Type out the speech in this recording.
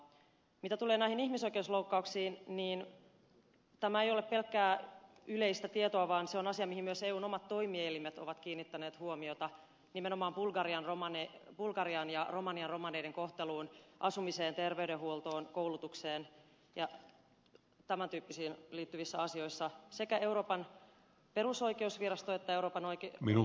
mitä tulee näihin ihmisoikeusloukkauksiin niin tämä ei ole pelkkää yleistä tietoa vaan se on asia johon myös eun omat toimielimet ovat kiinnittäneet huomiota nimenomaan bulgarian ja romanian romanien kohteluun asumiseen terveydenhuoltoon koulutukseen ja tämän tyyppisiin asioihin sekä euroopan perusoikeusvirasto että euroopan neuvoston ihmisoikeusvirasto